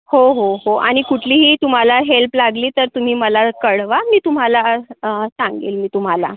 हो हो हो आणि कुठलीही तुम्हाला हेल्प लागली तर तुम्ही मला कळवा मी तुम्हाला सांगेल मी तुम्हाला